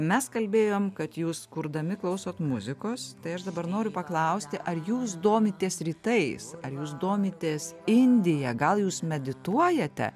mes kalbėjom kad jūs kurdami klausot muzikos tai aš dabar noriu paklausti ar jūs domitės rytais ar jūs domitės indija gal jūs medituojate